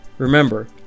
Remember